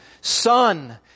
Son